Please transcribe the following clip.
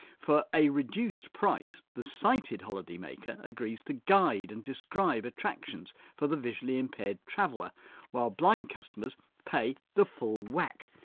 for a reduced price the sighted holiday-maker agrees to guide and describe attractions for the visually-impaired traveller while blind customers pay the full whack.